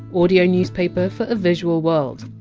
audio newspaper for a visual world.